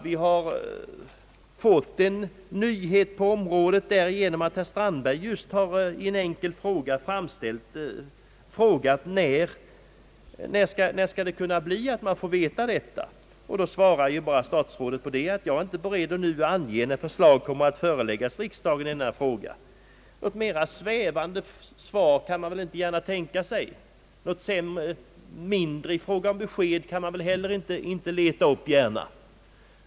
Vi har fått en nyhet på området därigenom att herr Strandberg i en enkel fråga efterlyst när vi skall få veta detta. Då svarade statsrådet att han inte var beredd att ange när förslag kan framläggas i denna fråga. Något mera svävande svar kan man väl inte gärna tänka sig, något mindre givande besked kan väl inte gärna letas upp.